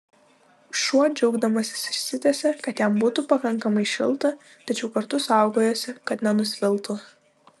šuo džiaugdamasis išsitiesė kad jam būtų pakankamai šilta tačiau kartu saugojosi kad nenusviltų